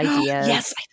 Yes